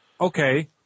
Okay